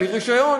בלי רישיון.